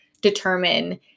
determine